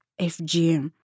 FGM